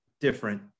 different